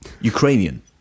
Ukrainian